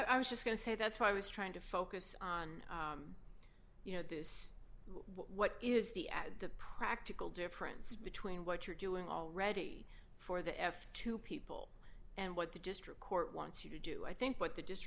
i was just going to say that's why i was trying to focus on you know this what is the at the practical difference between what you're doing already for the f two people and what the district court wants you to do i think what the